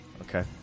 okay